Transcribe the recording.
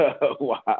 Wow